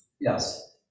Yes